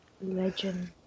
Legend